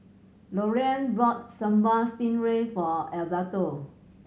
Lorene bought Sambal Stingray for Alberto